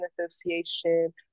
Association